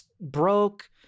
broke